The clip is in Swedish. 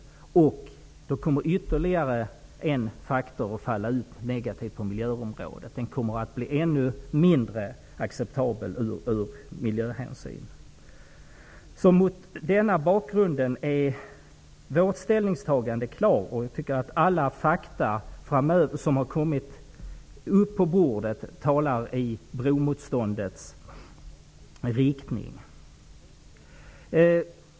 Ytterligare en negativ faktor vad gäller miljön kommer i så fall att bli uppenbar, och bron kommer av miljönhänsyn att bli ännu mindre acceptabel. Mot den här bakgrunden är Vänsterpartiets ställningstagande klart. Alla fakta som har kommit upp på bordet talar i bromotståndets riktning.